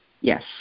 Yes